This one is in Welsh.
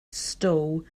stow